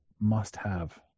must-have